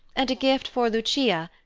and a gift for lucia,